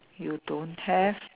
you don't have